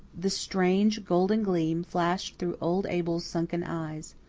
the strange, golden gleam flashed through old abel's sunken eyes.